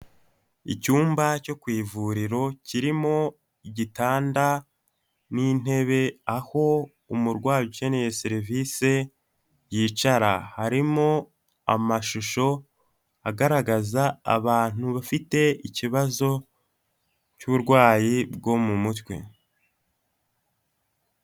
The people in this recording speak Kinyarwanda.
Icyumba cyo ku ivuriro kirimo igitanda n'intebe, aho umurwayi ukeneye serivisi yicara. Harimo amashusho agaragaza abantu bafite ikibazo cy'uburwayi bwo mu mutwe.